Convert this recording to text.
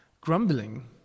Grumbling